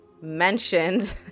mentioned